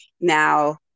now